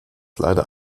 leider